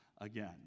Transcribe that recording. again